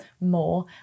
more